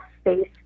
space